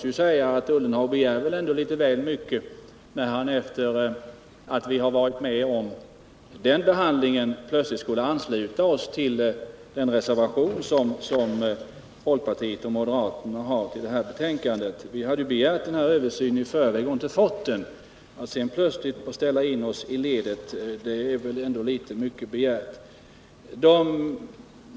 Jörgen Ullenhag begär litet väl mycket när han väntar sig att vi — efter att ha varit med om den behandlingen — skall ansluta oss till den reservation som folkpartiet och moderaterna fogat till det här betänkandet. Vi hade ju begärt översyn i förväg och inte fått den. Att vi sedan plötsligt skulle ställa in oss i ledet är väl ändå mycket begärt!